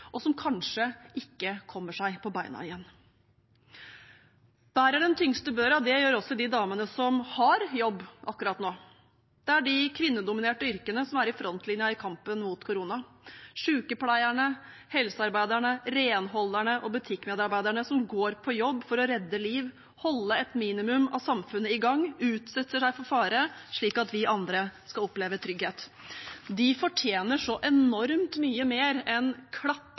og som kanskje ikke kommer seg på beina igjen. Bærer den tyngste børa gjør også de damene som har jobb akkurat nå. Det er de kvinnedominerte yrkene som er i frontlinjen i kampen mot korona – sykepleierne, helsearbeiderne, renholderne og butikkmedarbeiderne som går på jobb for å redde liv, holde et minimum av samfunnet i gang, utsetter seg for fare, slik at vi andre skal oppleve trygghet. De fortjener så enormt mye mer enn klapp